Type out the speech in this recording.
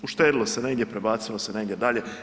Uštedilo se negdje, prebacilo se negdje dalje.